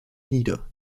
nieder